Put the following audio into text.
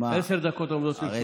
עשר דקות עומדות לרשותך.